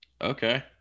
Okay